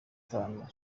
itanu